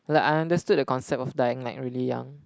like understood the concept of dying like really young